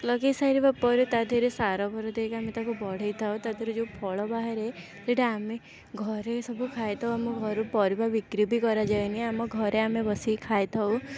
ଲଗେଇ ସାରିବା ପରେ ତା' ଦେହରେ ସାରଫାର ଦେଇକି ଆମେ ତାକୁ ବଢ଼େଇଥାଉ ତା' ଦେହରେ ଯେଉଁ ଫଳ ବାହାରେ ସେଇଟା ଆମେ ଘରେ ସବୁ ଖାଇଥାଉ ଆମ ଘରୁ ପରିବା ବିକ୍ରି ବି କରାଯାଏନି ଆମ ଘରେ ଆମେ ବସିକି ଖାଇଥାଉ